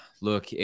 look